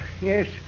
Yes